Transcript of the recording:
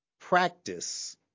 practice